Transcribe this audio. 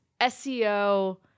SEO